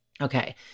Okay